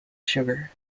sugar